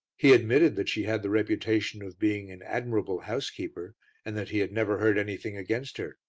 he admitted that she had the reputation of being an admirable housekeeper and that he had never heard anything against her.